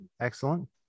Excellent